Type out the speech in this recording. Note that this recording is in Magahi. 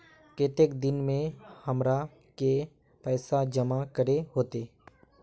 केते दिन में हमरा के पैसा जमा करे होते?